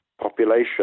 population